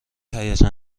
هیجان